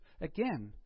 Again